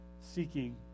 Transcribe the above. Seeking